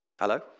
Hello